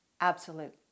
Absolute